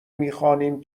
میخوانیم